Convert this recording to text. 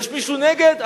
יש מישהו נגד?